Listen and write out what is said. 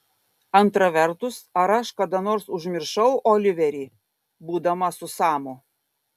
antra vertus ar aš kada nors užmiršau oliverį būdama su samu